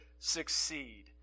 succeed